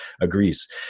agrees